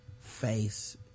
face